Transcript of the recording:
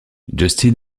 justin